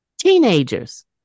teenagers